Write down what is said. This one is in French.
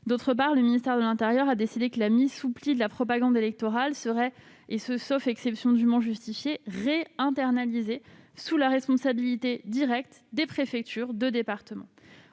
D'autre part, le ministère de l'intérieur a décidé que la mise sous pli de la propagande électorale serait, sauf exception dûment justifiée, réinternalisée sous la responsabilité directe des préfectures de département.